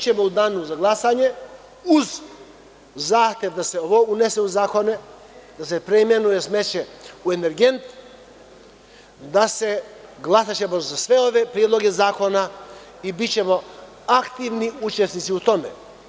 Mi ćemo u danu za glasanje, uz zahtev da se ovo unese u zakone, da se preimenuje smeće u energent, glasati za sve ove predloge zakona i bićemo aktivni učesnici u tome.